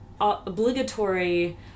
obligatory